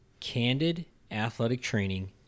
CandidAthleticTraining